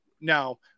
now